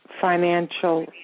financial